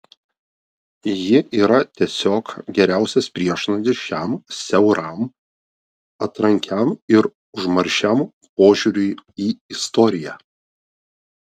ji yra tiesiog geriausias priešnuodis šiam siauram atrankiam ir užmaršiam požiūriui į istoriją